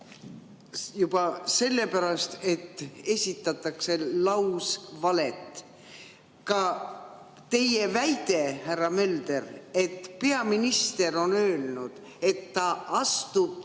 juba sellepärast, et esitatakse lausvalet. Ka teie väide, härra Mölder, et peaminister on öelnud, et ta astub